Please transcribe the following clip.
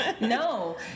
No